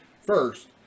first